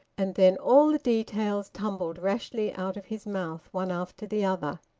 and then all the details tumbled rashly out of his mouth, one after the other.